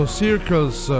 circles